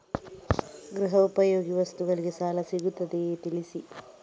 ಗೃಹ ಉಪಯೋಗಿ ವಸ್ತುಗಳಿಗೆ ಸಾಲ ಸಿಗುವುದೇ ತಿಳಿಸಿ?